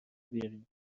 بیارین